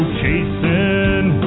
chasing